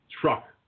truck